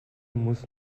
muss